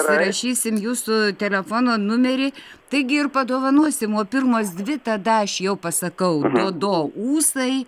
sirašysim jūsų telefono numerį taigi ir padovanosim o pirmos dvi tada aš jau pasakau do do ūsai